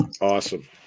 Awesome